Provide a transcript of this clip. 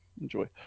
Enjoy